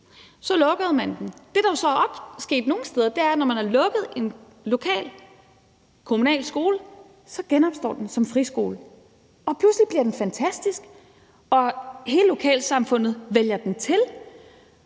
Så lukkede man dem. Det, der jo så sker nogle steder, er, at når man lukker en lokal kommunal skole, genopstår den som friskole. Pludselig bliver den fantastisk, og hele lokalsamfundet vælger den til.